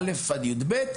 לכיתות א׳-יב׳.